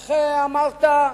איך אמרת?